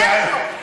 בֶּרקו.